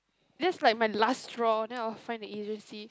that's like my last straw then I'll find the agency